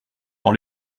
dans